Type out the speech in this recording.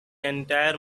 entire